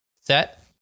set